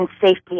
Safety